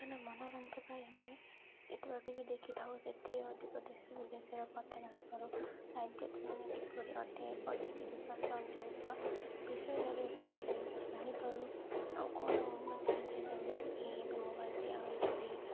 ମନୋରଞ୍ଜ ପାଇଁ ଆମେ ଯେତେବେଳେ ଟି ଭି ଦେଖିଥାଉ ସେଥିରେ ଅଧିକ ଦେଶ ବିଦେଶର କଥା ଜାଣିପାରୁ ରାଜ୍ୟ କିପରି ଅଟେ ଅତିଥି ବିକାଶ ଆଞ୍ଚଳିକ ବିଷୟରେ ଆମେ ସବୁକିଛି ଜାଣିପାରୁ ଆଉ କ'ଣ ଉନ୍ନତି ହେଇଥାଏ ଯେମିତିକି ଏବେ ମୋବାଇଲ ଦିଆ ହୋଇଛି